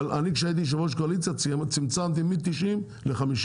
אבל אני כשהייתי יושב ראש קואליציה צמצמתי מ-90 ל-50.